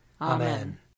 Amen